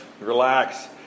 relax